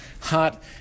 hot